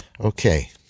Okay